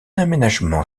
aménagement